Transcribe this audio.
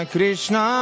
Krishna